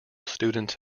student